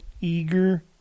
eager